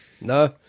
no